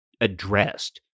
addressed